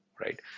right